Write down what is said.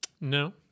No